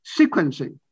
sequencing